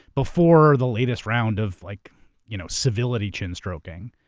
before the latest round of like you know civility chin stroking.